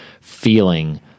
feeling